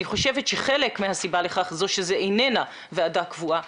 אני חושבת שחלק מהסיבה לכך הוא שזאת איננה ועדה קבועה,